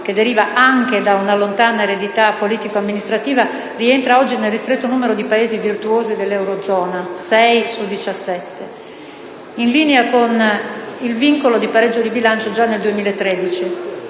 che deriva anche da una lontana eredità politico-amministrativa, rientra oggi nel ristretto numero di Paesi virtuosi dell'Eurozona (6 su 17), in linea con il vincolo del pareggio di bilancio già nel 2013.